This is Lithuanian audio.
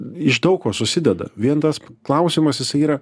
iš daug ko susideda vien tas klausimas jisai yra